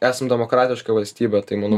esam demokratiška valstybė tai manau